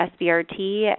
SBRT